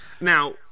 Now